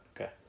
Okay